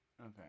Okay